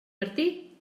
martí